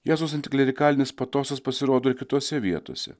jėzaus antiklerikalinis patosas pasirodo ir kitose vietose